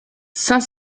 cinq